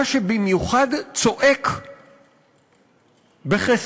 מה שבמיוחד צועק בחסרונו